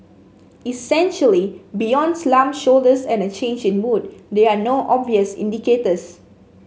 essentially beyond slumped shoulders and a change in mood there are no obvious indicators